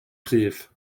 cryf